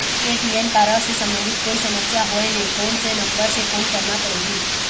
ATM card से संबंधित कोई समस्या होय ले, कोन से नंबर से फोन करना पढ़ही?